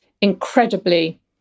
incredibly